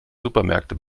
supermärkte